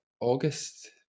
August